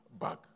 back